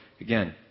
again